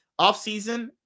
offseason